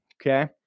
okay